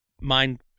mind